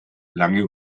lange